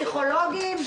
פסיכולוגים,